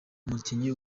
umukinnyi